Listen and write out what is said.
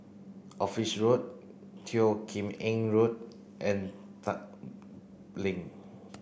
Office Road Teo Kim Eng Road and Tat Link